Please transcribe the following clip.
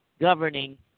governing